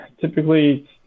typically